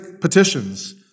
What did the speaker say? petitions